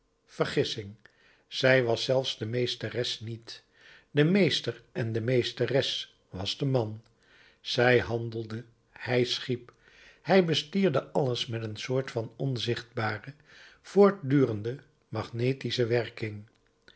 vergissing zij was zelfs de meesteres niet de meester en de meesteres was de man zij handelde hij schiep hij bestierde alles met een soort van onzichtbare voortdurende magnetische werking